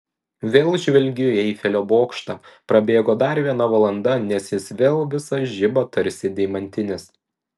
vėl žvelgiu į eifelio bokštą prabėgo dar viena valanda nes jis vėl visas žiba tarsi deimantinis